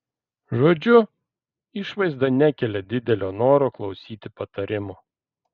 žodžiu išvaizda nekelia didelio noro klausyti patarimų